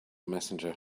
messenger